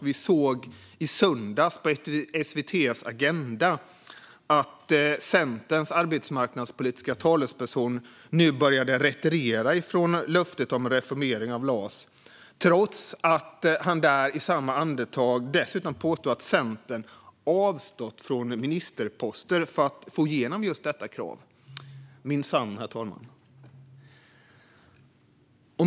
I söndags i SVT:s Agenda såg vi att Centerns arbetsmarknadspolitiska talesperson började retirera från löftet om reformering av LAS - trots att han i samma andetag påstod att Centern avstått från ministerposter för att få igenom just detta krav. Minsann, herr talman!